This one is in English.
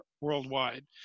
worldwide